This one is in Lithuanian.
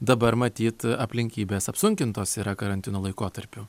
dabar matyt aplinkybės apsunkintos yra karantino laikotarpiu